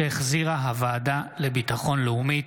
שהחזירה הוועדה לביטחון לאומי.